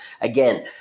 again